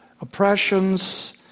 oppressions